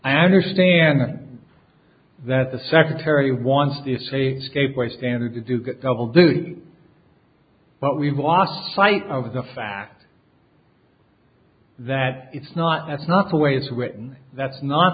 i understand that the secretary wants to say scapegrace standards you do get double duty but we've lost sight of the fact that it's not that's not the way it's written that's not